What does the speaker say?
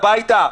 הביתה,